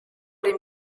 dem